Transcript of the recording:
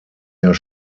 jahr